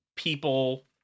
people